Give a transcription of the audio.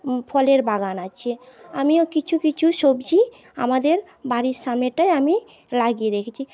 ফলের বাগান আছে আমিও কিছু কিছু সবজি আমাদের বাড়ির সামনেটাই আমি লাগিয়ে রেখেছি